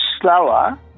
slower